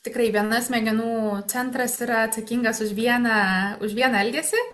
tikrai viena smegenų centras yra atsakingas už vieną už vieną elgesį